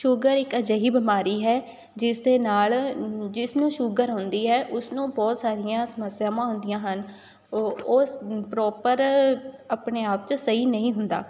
sugar ਇੱਕ ਅਜਿਹੀ ਬਿਮਾਰੀ ਹੈ ਜਿਸ ਦੇ ਨਾਲ਼ ਜਿਸ ਨੂੰ ਸ਼ੂਗਰ ਹੁੰਦੀ ਹੈ ਉਸਨੂੰ ਬਹੁਤ ਸਾਰੀਆਂ ਸਮੱਸਿਆਵਾਂ ਹੁੰਦੀਆਂ ਹਨ ਉਹ ਉਸ ਪ੍ਰੋਪਰ ਆਪਣੇ ਆਪ 'ਚ ਸਹੀ ਨਹੀਂ ਹੁੰਦਾ